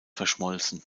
verschmolzen